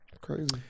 Crazy